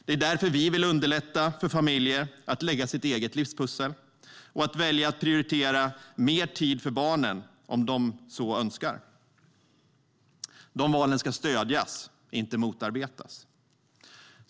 Det är därför vi vill underlätta för familjer att lägga sitt eget livspussel och att välja att prioritera mer tid för barnen om de så önskar. Dessa val ska stödjas och inte motarbetas.